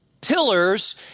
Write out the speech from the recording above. pillars